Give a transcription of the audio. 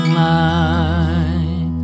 light